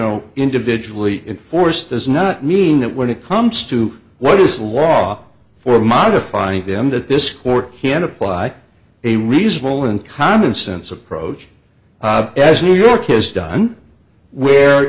know individually enforced does not mean that when it comes to what is law for modifying them that this court can apply a reasonable and commonsense approach bob as new york has done where